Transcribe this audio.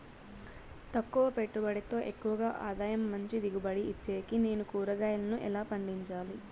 తక్కువ పెట్టుబడితో ఎక్కువగా ఆదాయం మంచి దిగుబడి ఇచ్చేకి నేను కూరగాయలను ఎలా పండించాలి?